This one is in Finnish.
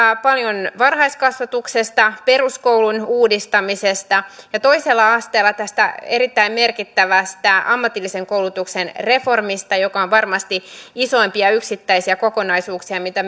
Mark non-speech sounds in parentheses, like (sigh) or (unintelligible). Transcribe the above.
paljon varhaiskasvatuksesta peruskoulun uudistamisesta ja toisella asteella tästä erittäin merkittävästä ammatillisen koulutuksen reformista joka on varmasti isoimpia yksittäisiä kokonaisuuksia mitä (unintelligible)